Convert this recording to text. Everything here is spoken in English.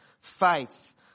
faith